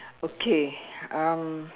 okay um